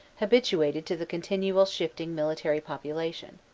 habituated to the continual shift ing military population.